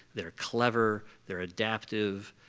they're cleaver. they're adaptive.